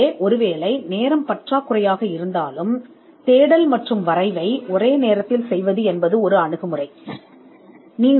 எனவே ஒரு அணுகுமுறை கூட போதுமான நேரம் இல்லாவிட்டால் தேடல் மற்றும் வரைவு இரண்டையும் ஒரே நேரத்தில் செய்ய வேண்டும்